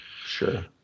Sure